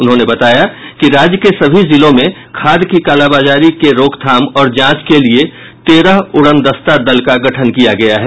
उन्होंने बताया कि राज्य के सभी जिलों में खाद की कालाबाजारी के रोकथाम और जांच के लिये तेरह उड़नदस्ता दल का गठन किया गया है